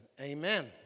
Amen